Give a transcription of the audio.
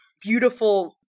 beautiful